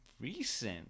recent